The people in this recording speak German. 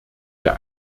der